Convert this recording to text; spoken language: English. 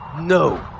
NO